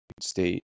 state